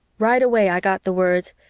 right away i got the words,